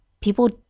People